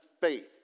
faith